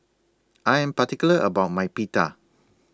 I Am particular about My Pita